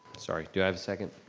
sorry, do i have a second?